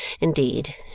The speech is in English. indeed